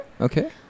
okay